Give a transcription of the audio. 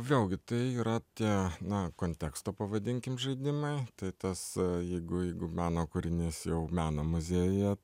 vėlgi tai yra tie na konteksto pavadinkim žaidimai tai tas jeigu jeigu meno kūrinys jau meno muziejuje